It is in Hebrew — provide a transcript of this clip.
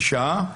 בשעה?